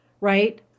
Right